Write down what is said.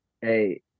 Hey